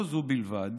לא זו בלבד